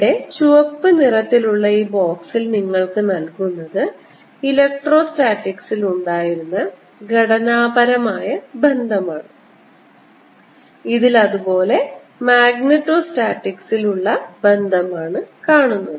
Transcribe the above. ഇവിടെ ചുവപ്പ് നിറത്തിലുള്ള ഈ ബോക്സിൽ നിങ്ങൾക്ക് നൽകുന്നത് ഇലക്ട്രോസ്റ്റാറ്റിക്സിൽ ഉണ്ടായിരുന്ന ഘടനാപരമായ ബന്ധമാണ് ഇതിൽ അതുപോലെ മാഗ്നെറ്റോസ്റ്റാറ്റിക്സിൽ ഉള്ള ബന്ധമാണ് കാണുന്നത്